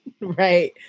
right